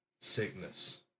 sickness